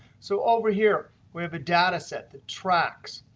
so over here we have a data set that tracks.